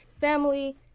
family